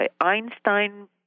Einstein